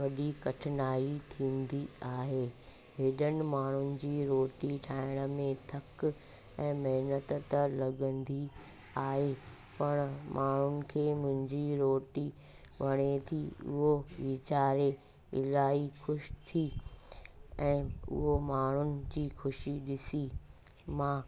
वॾी कठिनाई थींदी आहे हेॾनि माण्हुनि जी रोटी ठाहिण में थक ऐं महिनत त लॻंदी आहे पर माण्हुनि खे मुंहिंजी रोटी वणे थी उहो वीचारे इलाही ख़ुशि थी ऐं उहो माण्हुनि जी ख़ुशी ॾिसी मां